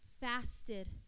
fasted